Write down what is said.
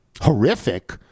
horrific